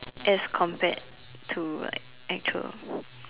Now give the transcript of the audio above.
as compared to like actual